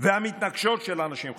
והמתנגשות של אנשים חופשיים.